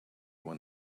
when